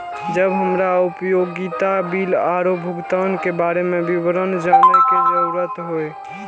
जब हमरा उपयोगिता बिल आरो भुगतान के बारे में विवरण जानय के जरुरत होय?